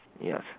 yes